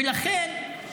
ולכן,